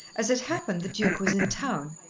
as it happened the duke was in town,